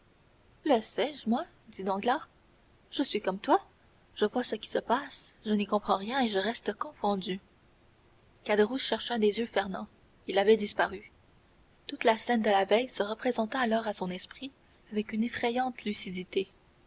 moi dit danglars je suis comme toi je vois ce qui se passe je n'y comprends rien et je reste confondu caderousse chercha des yeux fernand il avait disparu toute la scène de la veille se représenta alors à son esprit avec une effrayante lucidité